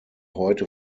heute